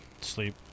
Sleep